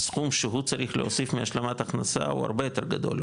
הסכום שהוא צריך להוסיף מהשלמת הכנסה הוא הרבה יותר גדול,